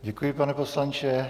Děkuji, pane poslanče.